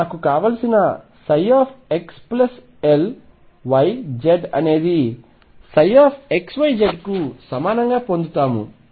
నాకు కావలసిన ψxLyz అనేదిψxyz కు సమానంగా పొందుతాము